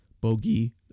Bogey